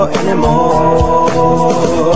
anymore